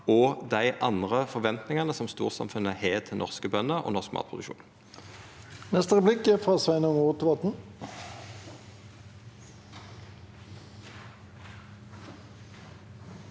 og dei andre forventningane som storsamfunnet har til norske bønder og norsk matproduksjon.